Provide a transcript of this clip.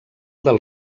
del